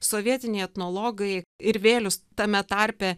sovietiniai etnologai ir vėlius tame tarpe